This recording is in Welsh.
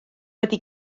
wedi